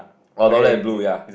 oh top left is blue ya